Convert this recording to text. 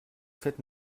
faites